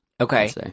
Okay